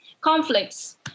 conflicts